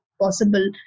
possible